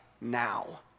now